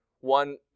one